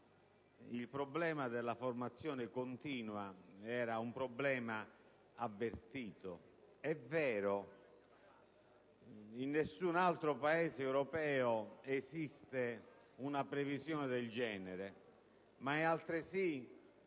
il problema della formazione continua era avvertito. È vero che in nessun altro Paese europeo esiste una previsione del genere, ma è altresì